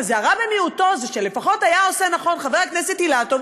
אז הרע במיעוטו זה שלפחות היה עושה נכון חבר הכנסת אילטוב,